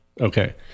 Okay